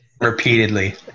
repeatedly